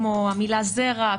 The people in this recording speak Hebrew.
כמו המילה זרע,